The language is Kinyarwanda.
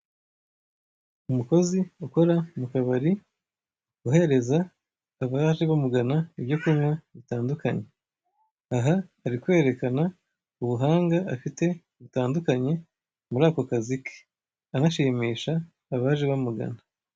Umukozi ukora mu kabari, uhereza abaje bamugana ibyo kunywa bitandukanye, aha ari kwerekana ubuhanga afite butandukanye muri ako kazi ke, anashimisha abaje bamugana.